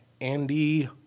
andy